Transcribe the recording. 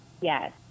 Yes